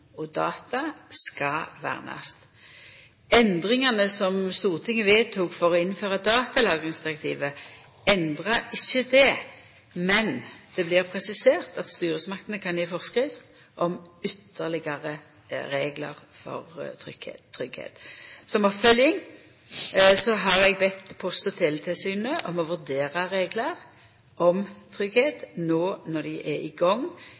og data skal vernast. Endringane som Stortinget vedtok for å innføra datalagringsdirektivet, endrar ikkje dette, men det blir presisert at styresmaktene kan gje forskrift om ytterlegare reglar for tryggleik. Som oppfølging har eg bedt Post- og teletilsynet om å vurdera reglar om tryggleik no når dei er i gang